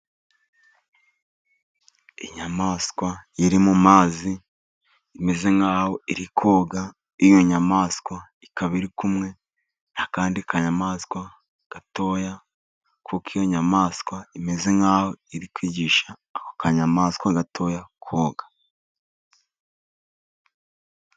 Inyamaswa iri mu mazi, imeze nkaho iri koga. Iyo nyamaswa ikaba iri kumwe n'akandi kanyamaswa gatoya, kuko iyo nyayamaswa imeze nkaho iri kwigisha ako kanyamaswa gatoya koga.